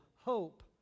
hope